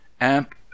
amp